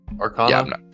Arcana